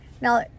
Now